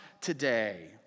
today